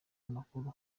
amakuru